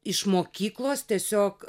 iš mokyklos tiesiog